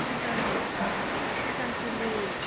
chicken chicken chilli